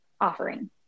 offering